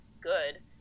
good